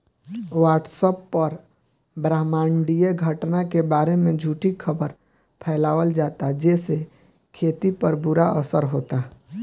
WhatsApp पर ब्रह्माण्डीय घटना के बारे में झूठी खबर फैलावल जाता जेसे खेती पर बुरा असर होता